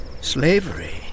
Slavery